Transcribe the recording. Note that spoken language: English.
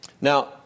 Now